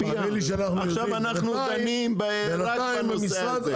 עכשיו אנחנו דנים רק בנושא הזה.